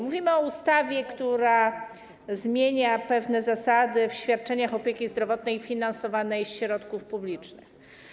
Mówimy o ustawie, która zmienia pewne zasady w świadczeniach opieki zdrowotnej finansowanej ze środków publicznych.